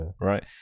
right